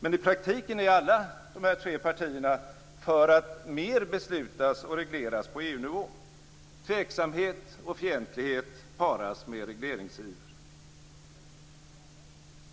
Men i praktiken är alla dessa tre partier för att mer beslutas och regleras på EU-nivå. Tveksamhet och fientlighet paras med regleringsiver.